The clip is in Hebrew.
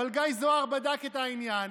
אבל גיא זוהר בדק את העניין.